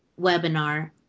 webinar